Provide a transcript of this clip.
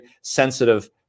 sensitive